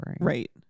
Right